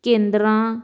ਕੇਂਦਰਾਂ